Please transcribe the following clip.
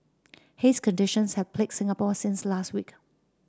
haze conditions have plague Singapore since last week